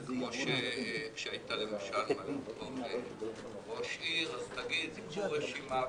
זה כמו שעם ראש עיר תגיד: קחו רשימה וכו',